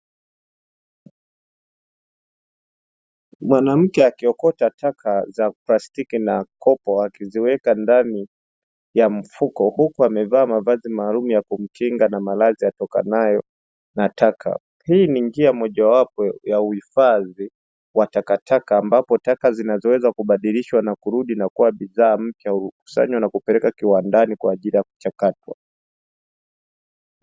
Mwanamke akiokota taka za plastiki na kopo akiziweka ndani ya mfuko, huku amevaa mavazi maalum ya kumkinga na maradhi yatokanayo na taka; hii ni njia mojawapo ya uhifadhi wa takataka ambapo taka zinazoweza kubadilishwa na kurudi na kuwa bidhaa mpya hukusanywa na kupelekwa kiwandani kwa ajili ya kuchakatwa.